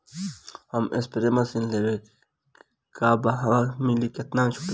एक spray machine लेवे के बा कहवा मिली केतना छूट मिली?